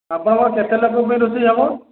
ଆପଣ କେତେ ଲୋକଙ୍କ ପାଇଁ ରୋଷେଇ ହେବ